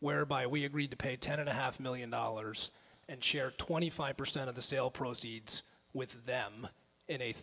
whereby we agreed to pay ten and a half million dollars and share twenty five percent of the sale proceeds with them in a